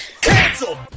Cancel